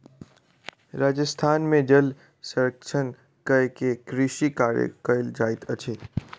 राजस्थान में जल संरक्षण कय के कृषि कार्य कयल जाइत अछि